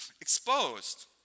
exposed